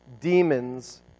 Demons